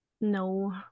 no